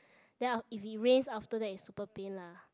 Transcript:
then if it rains after that is super pain lah